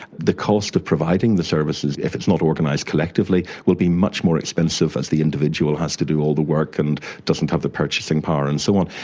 the cost of providing the services, if it's not organised collectively, will be much more expensive as the individual has to do all the work and doesn't have the purchasing power and so on.